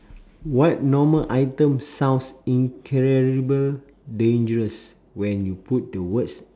what normal item sounds incredible dangerous when you put the words